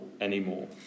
anymore